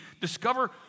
discover